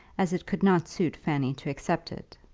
as it could not suit fanny to accept it.